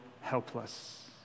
helpless